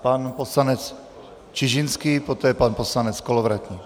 Pan poslanec Čižinský, poté pan poslanec Kolovratník.